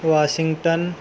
Washington